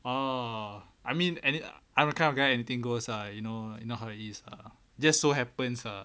oh I mean any I'm a kind of guy anything goes ah you know you know it is lah just so happens ah